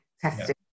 testing